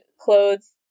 clothes